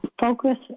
focus